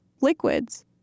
liquids